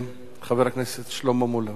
חבר הכנסת שלמה מולה, בבקשה.